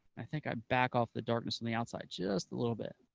i think i back off the darkness on the outside just a little bit.